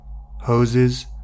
hoses